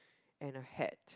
and a hat